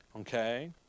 Okay